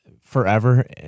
forever